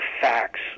facts